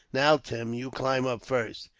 now, tim, you climb up first.